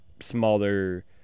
smaller